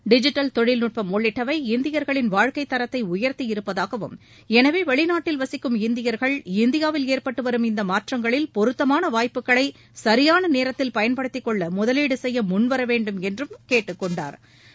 digital தொழில்நுட்பம் உள்ளிட்டவை இந்தியர்களின் வாழ்க்கைத் தரத்தை உயர்த்தியிருப்பதாகவும் எனவே வெளிநாட்டில் வசிக்கும் இந்தியர்கள் இந்தியாவில் ஏற்பட்டு வரும் இந்த மாற்றங்களில் பொருத்தமாள வாய்ப்புகளை சியான நேரத்தில் பயன்படுத்திக்கொள்ள முதலீடு செய்ய முன்வரவேண்டும் என்றும் அவர் கேட்டுக் கொண்டாா்